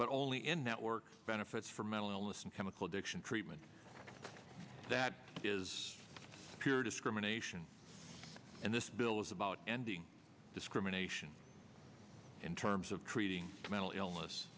but only in network benefits for mental illness and chemical addiction treatment that is pure discrimination and this bill is about ending discrimination in terms of treating mental illness